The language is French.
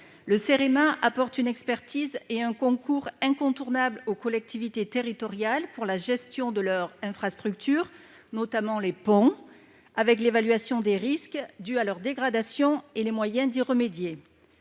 Le Cerema apporte une expertise et un concours incontournables aux collectivités territoriales pour la gestion de leurs infrastructures, notamment les ponts, tout en évaluant les risques dus à leur dégradation et les moyens d'y remédier.